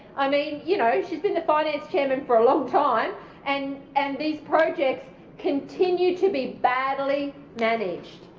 i mean, you know, she's been the finance chairman for a long time and and these projects continue to be badly managed.